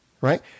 right